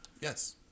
Yes